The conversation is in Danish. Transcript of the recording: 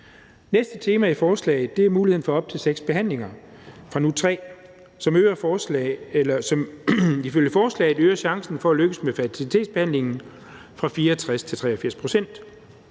næste tema i forslaget er muligheden for op til seks behandlinger fra nu tre, som ifølge forslaget øger chancen for at lykkes med fertilitetsbehandlingen fra 64 til 83 pct.